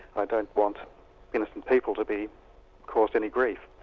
i don't want innocent people to be caused any grief.